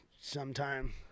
sometime